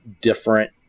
different